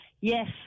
yes